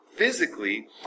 physically